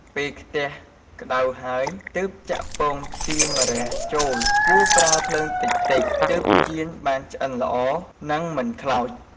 ពេលខ្ទះក្ដៅហើយ ទើបចាក់ពងទាម្រះចូល គួរប្រើភ្លើងតិចៗទើបចៀនបានឆ្អិនល្អនិងមិនខ្លោច។